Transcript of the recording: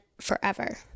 forever